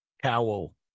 cowl